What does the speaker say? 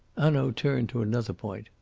hanaud turned to another point.